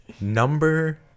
Number